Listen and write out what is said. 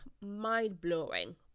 mind-blowing